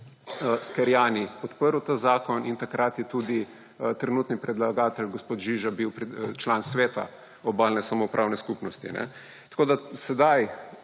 Scheriani podprl ta zakon in takrat je tudi trenutni predlagatelj gospod Žiža bil član Sveta Obalne samoupravne skupnosti. Sedaj